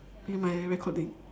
in my recording